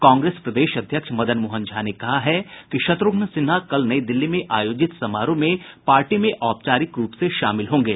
कांग्रेस प्रदेश अध्यक्ष मदन मोहन झा ने कहा है कि शत्रुघ्न सिन्हा कल नई दिल्ली में आयोजित समारोह में पार्टी में औपचारिक रूप से शामिल होंगे